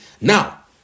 Now